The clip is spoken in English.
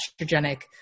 estrogenic